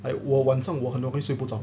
like 我晚上我可能会睡不着